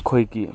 ꯑꯩꯈꯣꯏꯒꯤ